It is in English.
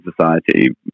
society